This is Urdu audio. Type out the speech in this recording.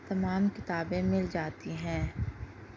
تمام کتابیں مل جاتی ہیں